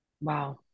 wow